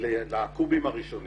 לקובים הראשונים